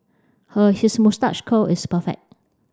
a his moustache curl is perfect